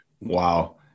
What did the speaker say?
Wow